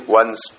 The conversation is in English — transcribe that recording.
one's